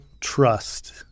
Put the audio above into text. trust